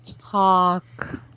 talk